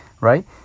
Right